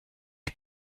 est